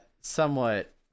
Somewhat